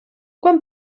quan